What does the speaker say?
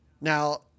Now